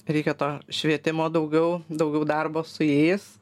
reikia to švietimo daugiau daugiau darbo su jais